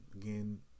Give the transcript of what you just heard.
again